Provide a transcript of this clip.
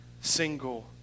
single